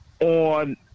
on